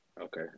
Okay